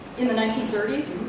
in the nineteen thirty